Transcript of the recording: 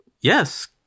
yes